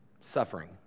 suffering